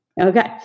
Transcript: Okay